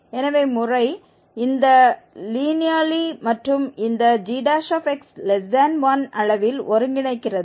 எனவே முறை இந்த லினியர்லி மற்றும் இந்த gx1 அளவில் ஒருங்கிணைக்கிறது